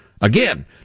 Again